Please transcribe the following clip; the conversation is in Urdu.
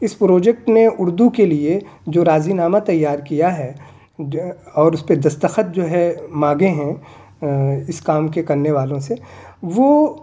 اس پروجیکٹ میں اردو کے لیے جو راضی نامہ تیار کیا ہے اور اس پہ دستخط جو ہے مانگے ہیں اس کام کے کرنے والوں سے وہ